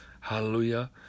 hallelujah